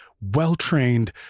well-trained